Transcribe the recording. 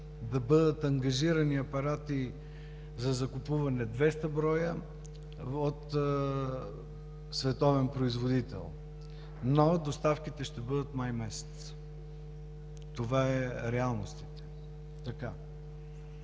да бъдат ангажирани апарати за закупуване – 200 броя от световен производител, но доставките ще бъдат месец май – това са реалностите. По